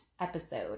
episode